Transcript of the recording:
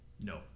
No